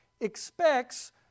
expects